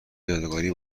یادگاری